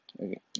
Okay